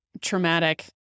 traumatic